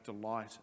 delight